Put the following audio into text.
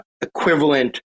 equivalent